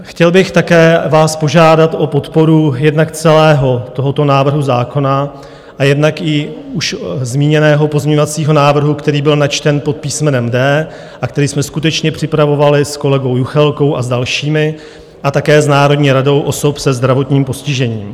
Chtěl bych vás také požádat o podporu, jednak celého tohoto návrhu zákona a jednak i už zmíněného pozměňovacího návrhu, který byl načten pod písmenem D a který jsme skutečně připravovali s kolegou Juchelkou a s dalšími a také s Národní radou osob se zdravotním postižením.